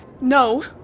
No